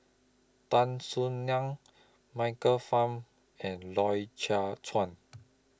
Tan Soo NAN Michael Fam and Loy Chye Chuan